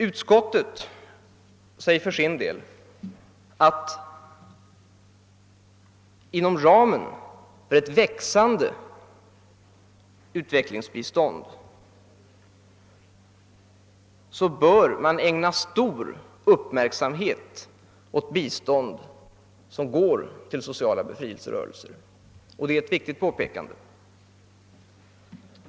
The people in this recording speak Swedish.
Utskottet uttalar för sin del att inom ramen för ett växande utvecklingsbistånd bör man ägna stor uppmärksamhet åt bistånd som går till sociala befrielserörelser. Det är ett viktigt påpekande.